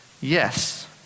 Yes